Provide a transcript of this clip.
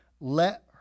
let